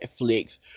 Netflix